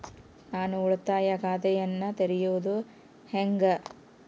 ನಾನು ಉಳಿತಾಯ ಖಾತೆಯನ್ನ ತೆರೆಯೋದು ಹೆಂಗ?